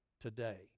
today